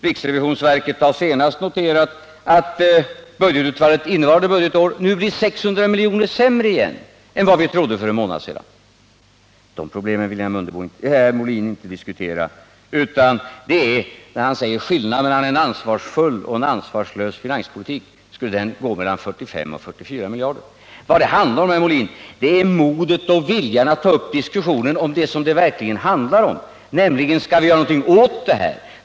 Riksrevisionsverket har senast noterat att budgetutfallet innevarande budgetår nu blir 600 miljoner sämre igen än vad vi trodde för en månad sedan. Det problemet vill herr Molin inte diskutera. Han säger att skillnaden mellan en ansvarsfull och en ansvarslös finanspolitik skulle gå mellan 44 och 45 miljarder. Vad det handlar om, herr Molin, är modet och viljan att ta upp diskussionen om det som det verkligen handlar om: Skall vi göra någonting åt detta?